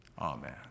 Amen